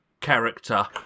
character